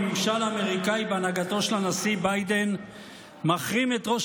הממשל האמריקאי בהנהגתו של הנשיא ביידן מחרים את ראש